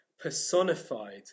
personified